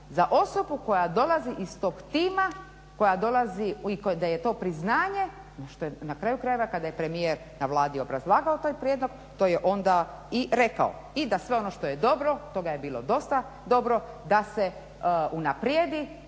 za osobu koja dolazi iz tog tima, koja dolazi, da je to priznanje na što je na kraju krajeva kada je premijer na Vladi obrazlagao taj prijedlog to je onda i rekao. I da sve ono što je dobro toga je bilo dosta dobro da se unaprijedi,